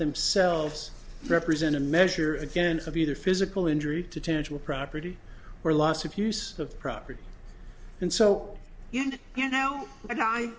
themselves represent a measure again of either physical injury to tangible property or loss of use of property and so you know a